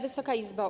Wysoka Izbo!